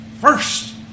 first